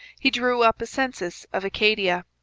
he drew up a census of acadia.